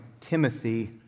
Timothy